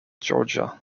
georgia